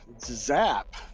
Zap